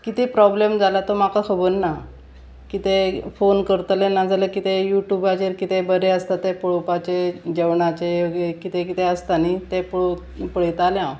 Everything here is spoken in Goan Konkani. कितें प्रोब्लेम जाला तो म्हाका खबर ना कितें फोन करतले ना जाल्यार कितें युट्यूबाचेर कितें बरें आसता तें पळोवपाचें जेवणाचें कितें कितें आसता न्ही तें पळोव पळयतालें हांव